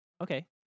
Okay